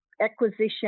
acquisition